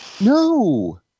No